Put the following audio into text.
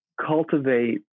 cultivate